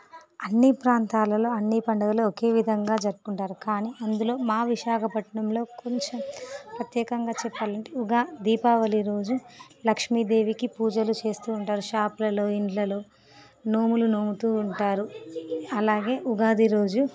అన్ని ప్రాంతాలలో అన్ని పండగలు ఒకే విధంగా జరుపుకుంటారు కానీ అందులో మా విశాఖపట్నంలో కొంచం ప్రత్యేకంగా చెప్పాలంటే ఉగా దీపావళి రోజు లక్ష్మీదేవికి పూజలు చేస్తూ ఉంటారు షాప్లలో ఇండ్లలో నోములు నోముతూ ఉంటారు అలాగే ఉగాది రోజు